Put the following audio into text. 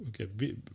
okay